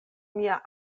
mia